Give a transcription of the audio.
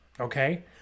okay